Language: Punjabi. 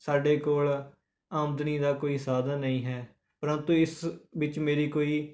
ਸਾਡੇ ਕੋਲ ਆਮਦਨੀ ਦਾ ਕੋਈ ਸਾਧਨ ਨਹੀਂ ਹੈ ਪਰੰਤੂ ਇਸ ਵਿੱਚ ਮੇਰੀ ਕੋਈ